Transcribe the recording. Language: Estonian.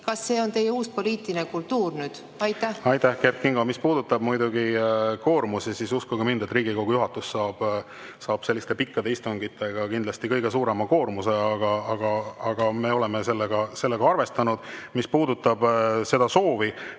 on see teie uus poliitiline kultuur. Aitäh, Kert Kingo! Mis puudutab koormust, siis uskuge mind, Riigikogu juhatus saab selliste pikkade istungitega kindlasti kõige suurema koormuse. Aga me oleme sellega arvestanud. Mis puudutab seda soovi,